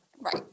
Right